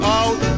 out